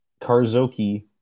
Karzoki